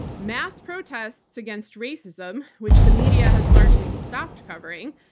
mass protests against racism, which the media has largely stopped covering,